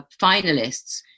finalists